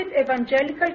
evangelical